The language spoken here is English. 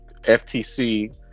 FTC